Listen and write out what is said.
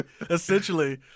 essentially